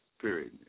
period